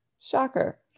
Shocker